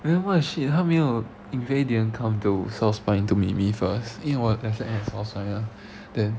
then what the shit 她没有 yin fei didn't come to south spine to meet me first 因为我的 lesson end at south spine mah then